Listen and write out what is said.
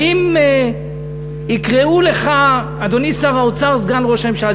האם יקראו לך, אדוני שר האוצר, סגן ראש הממשלה?